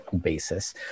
basis